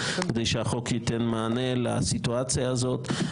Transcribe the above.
כדי שהחוק ייתן מענה לסיטואציה הזאת.